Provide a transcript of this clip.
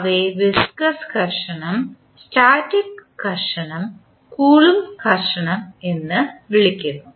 അവയെ വിസ്കോസ് ഘർഷണം സ്റ്റാറ്റിക് ഘർഷണം കൂലോംബ് സംഘർഷം എന്ന് വിളിക്കുന്നു